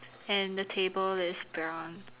and the table is brown